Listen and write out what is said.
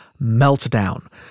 meltdown